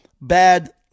bad